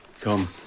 Come